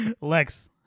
Lex